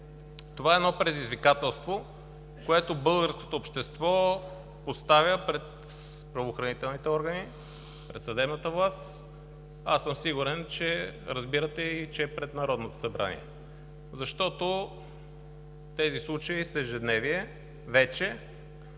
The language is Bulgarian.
това е едно предизвикателство, което българското общество поставя пред правоохранителните органи, пред съдебната власт, а съм сигурен, че разбирате, че и пред Народното събрание. Тези случаи са ежедневие вече